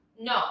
no